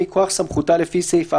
מכוח סמכותה לפי סעיף 4,